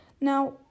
now